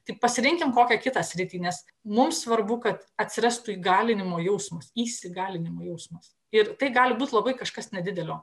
tik pasirinkim kokią kitą sritį nes mums svarbu kad atsirastų įgalinimo jausmus įsigalinimo jausmas ir tai gali būt labai kažkas nedidelio